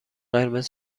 قرمز